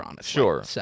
Sure